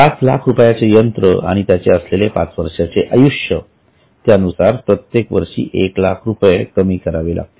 पाच लाख रुपयाचे यंत्र आणि त्याचे असलेले पाच वर्षाचे आयुष्य त्यानुसार प्रत्येक वर्षी एक लाख रुपये कमी करावे लागतील